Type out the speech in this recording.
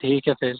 ठीक है फिर